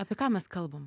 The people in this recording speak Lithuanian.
apie ką mes kalbam